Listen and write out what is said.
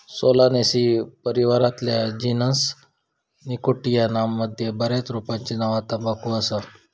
Solanaceae परिवारातल्या genus Nicotiana मध्ये बऱ्याच रोपांची नावा तंबाखू असा